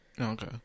Okay